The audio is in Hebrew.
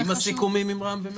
עם הסיכומים עם רע"מ ומרצ?